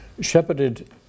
shepherded